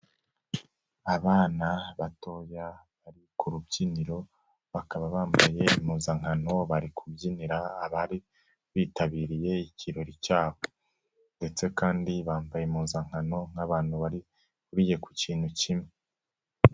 Abana batoya bari ku rubyiniro bakaba bambaye impuzankano bari kubyinira abari bitabiriye ikirori cyabo, ndetse kandi bambaye impuzankano nk'abantu bari huriye ku kintu kimwe.